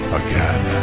again